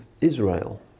israel